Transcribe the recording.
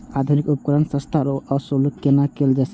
आधुनिक उपकण के सस्ता आर सर्वसुलभ केना कैयल जाए सकेछ?